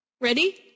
Ready